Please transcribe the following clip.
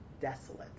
desolate